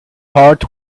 heart